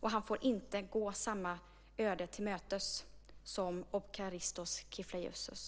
Han får inte gå samma öde till mötes som Ogbachristos Kifleyesus.